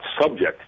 subject